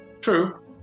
True